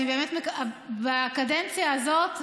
בקדנציה הזאת,